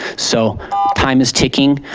so time is ticking.